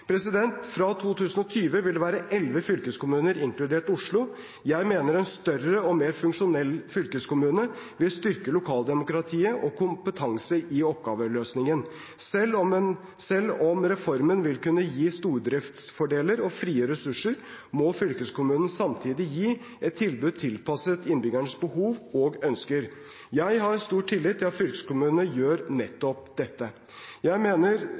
Fra 2020 vil det være elleve fylkeskommuner, inkludert Oslo. Jeg mener at større og mer funksjonelle fylkeskommuner vil styrke lokaldemokratiet og kompetanse i oppgaveløsningen. Selv om reformen vil kunne gi stordriftsfordeler og frigjøre ressurser, må fylkeskommunene samtidig gi et tilbud tilpasset innbyggernes behov og ønsker. Jeg har stor tillit til at fylkeskommunene gjør nettopp dette. Jeg mener